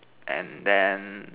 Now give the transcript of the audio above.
and then